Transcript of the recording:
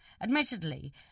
Admittedly